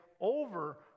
over